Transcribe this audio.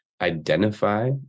identify